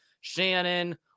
Shannon